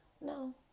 No